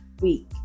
week